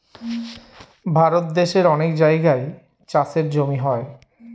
ভারত দেশের অনেক জায়গায় চাষের জমি হয়